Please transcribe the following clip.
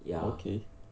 okay